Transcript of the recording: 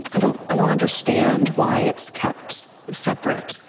i don't i don't understand why it's kept separate.